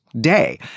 day